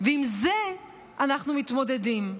ועם זה אנחנו מתמודדים.